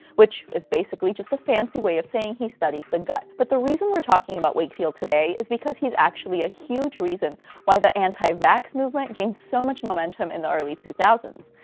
which is basically just a fancy way of saying he studied the gut. but the reason we're talking about wakefield today is because he's actually a huge reason why the anti-vax movement gained so much momentum in the early two thousand